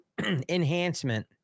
enhancement